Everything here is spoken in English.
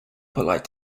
polite